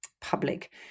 public